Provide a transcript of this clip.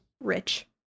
rich